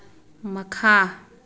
ꯃꯈꯥ